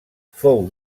fou